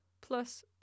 plus